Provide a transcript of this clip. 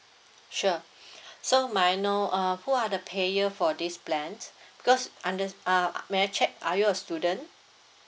sure so may I know uh who are the payer for this plan because under uh may I check are you a student